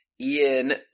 Ian